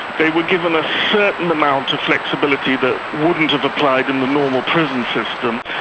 they were given a certain amount of flexibility that wouldn't have applied in the normal prison system,